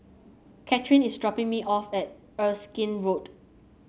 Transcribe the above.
Katherin is dropping me off at Erskine Road